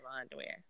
underwear